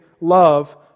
love